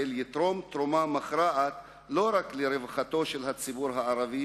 יתרום תרומה מכרעת לא רק לרווחתו של הציבור הערבי